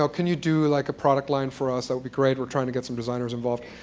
so can you do like a product line for us? that would be great. we're trying to get some designers involved.